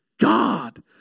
God